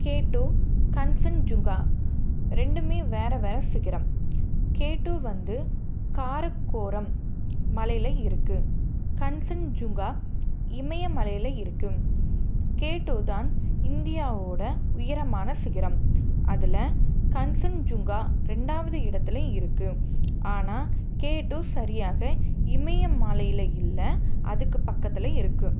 K2 Kanchenjunga ரெண்டும் வேறு வேறு சிகரம் கேடூ வந்து காரகோரம் மலையில இருக்குது கன்சென்ஜுங்கா இமய மலையில இருக்கு கேடூ தான் இந்தியாவோட உயரமான சிகரம் அதில் கன்சென்ஜுங்கா ரெண்டாவது இடத்தில் இருக்குது ஆனால் கேடூ சரியாக இமய மலையில இல்லை அதுக்கு பக்கத்தில் இருக்குது